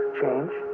change